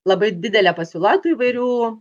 labai didelė pasiūla tų įvairių